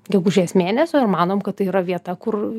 gegužės mėnesio ir manom kad tai yra vieta kur